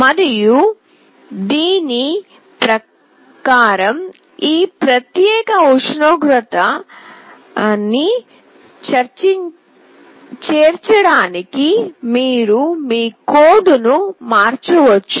మరియు దీని ప్రకారం ఈ ప్రత్యేక దృష్టాంతాన్ని చేర్చడానికి మీరు మీ కోడ్ను మార్చవచ్చు